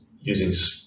using